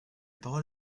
parole